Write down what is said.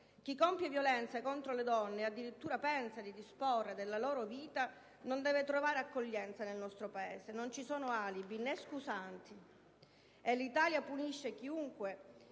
Chi compie violenza contro le donne ed addirittura pensa di disporre della loro vita non deve trovare accoglienza nel nostro Paese. Non ci sono alibi né scusanti. *(Applausi del senatore